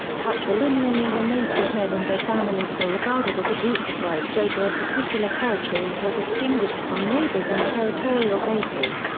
patrilineally related men and their families were regarded as a group with rights over a particular territory and were distinguished from neighbours on and a territorial basis.